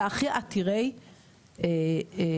והכי עתירי כספים.